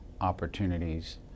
opportunities